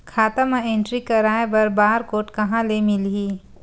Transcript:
खाता म एंट्री कराय बर बार कोड कहां ले मिलही?